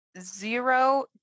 zero